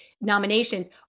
nominations